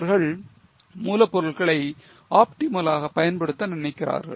அவர்கள் மூலப்பொருட்களை optimal ஆக பயன்படுத்த நினைக்கிறார்கள்